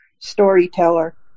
storyteller